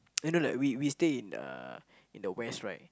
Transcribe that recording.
I know like we we stay in the in the West right